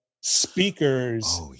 speakers